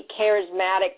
charismatic